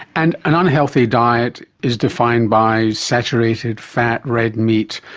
and an unhealthy diet is defined by saturated fat, red meat,